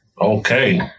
Okay